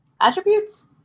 attributes